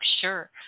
Sure